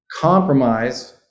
compromise